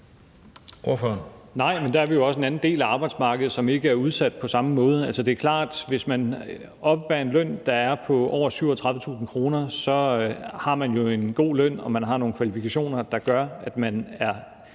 det er jo også en anden del af arbejdsmarkedet, som ikke er udsat på samme måde. Altså, det er klart, at hvis man oppebærer en løn, der er på over 37.000 kr. om måneden, har man jo en god løn, og man har nogle kvalifikationer, der gør, at man er